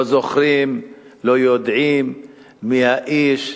לא זוכרים, לא יודעים מי האיש,